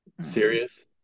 serious